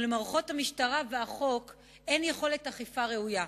ולמערכות המשטרה והחוק אין יכולת אכיפה ראויה.